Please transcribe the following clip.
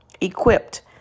equipped